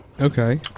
Okay